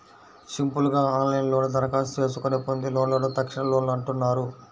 simple గా ఆన్లైన్లోనే దరఖాస్తు చేసుకొని పొందే లోన్లను తక్షణలోన్లు అంటున్నారు